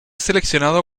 seleccionado